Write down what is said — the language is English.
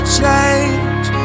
change